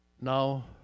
now